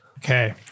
Okay